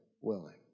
willing